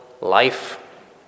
life